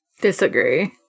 Disagree